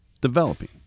developing